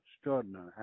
extraordinary